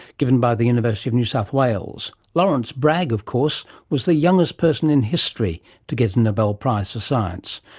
given by the university of new south wales. lawrence bragg of course was the youngest person in history to get a nobel prize for science.